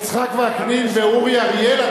יצחק וקנין ואורי אריאל,